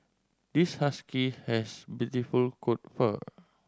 this husky has beautiful coat fur